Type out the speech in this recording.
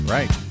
Right